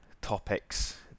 topics